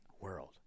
world